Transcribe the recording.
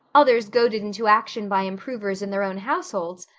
others goaded into action by improvers in their own households,